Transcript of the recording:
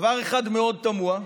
דבר אחד מאוד תמוה: